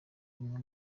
umwe